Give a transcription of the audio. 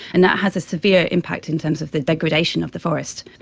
and that has a severe impact in terms of the degradation of the forest,